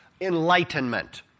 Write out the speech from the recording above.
enlightenment